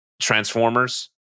transformers